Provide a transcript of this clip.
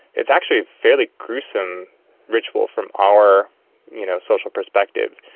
it's actually a fairly gruesome ritual from our you know social perspective.